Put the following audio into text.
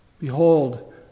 Behold